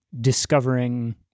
discovering